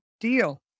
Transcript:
deal